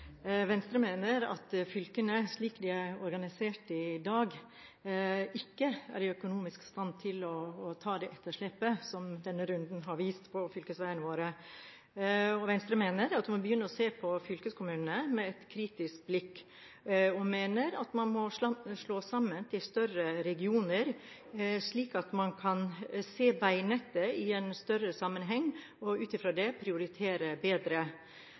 organisert i dag, ikke er i økonomisk stand til å ta etterslepet – som denne runden har vist – på fylkesveiene våre. Venstre mener at vi må begynne å se på fylkeskommunen med et kritisk blikk, og vi mener at man må slå sammen til større regioner, slik at man kan se veinettet i en større sammenheng og ut fra det prioritere bedre.